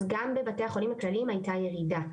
אז גם בבתי החולים הכללים הייתה ירידה.